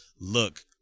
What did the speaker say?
look